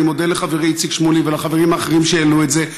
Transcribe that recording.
אני מודה לחברי איציק שמולי ולחברים האחרים שהעלו את זה,